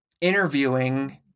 interviewing